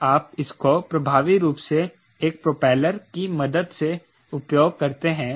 अब आप इसको प्रभावी रूप से एक प्रोपेलर की मदद से उपयोग करते हैं